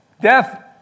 Death